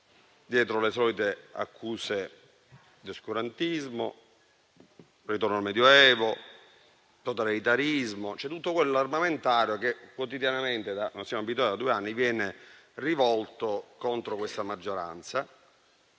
dietro le solite accuse di oscurantismo, di ritorno al Medioevo, di totalitarismo, cioè tutto quell'armamentario che quotidianamente da due anni viene rivolto contro questa maggioranza